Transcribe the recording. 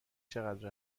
چقدر